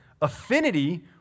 Affinity